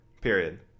period